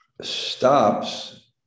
Stops